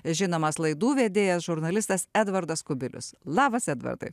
žinomas laidų vedėjas žurnalistas edvardas kubilius labas edvardai